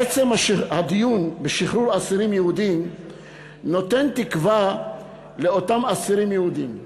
עצם הדיון בשחרור אסירים יהודים נותן תקווה לאותם אסירים יהודים.